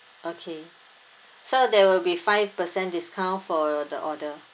okay so there will be five percent discount for the order